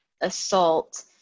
assault